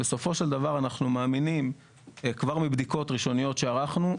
בסופו של דבר אנחנו מאמינים כבר מבדיקות ראשוניות שערכנו,